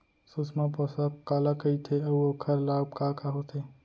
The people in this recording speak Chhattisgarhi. सुषमा पोसक काला कइथे अऊ ओखर लाभ का का होथे?